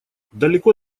далеко